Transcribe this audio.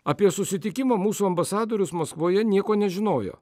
apie susitikimą mūsų ambasadorius maskvoje nieko nežinojo